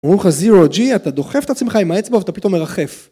אמרו לך 0G אתה דוחף את עצמך עם האצבע ואתה פתאום מרחף